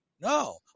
No